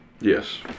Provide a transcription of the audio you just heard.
Yes